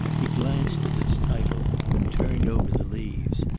he glanced at its title and turned over the leaves.